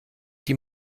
die